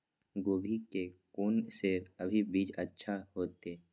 गोभी के कोन से अभी बीज अच्छा होते?